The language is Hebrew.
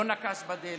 לא נקש בדלת.